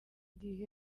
gihe